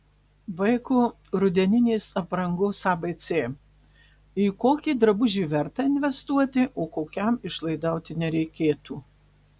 vaiko rudeninės aprangos abc į kokį drabužį verta investuoti o kokiam išlaidauti nereikėtų